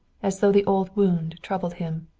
as though the old wound troubled him.